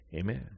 Amen